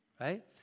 right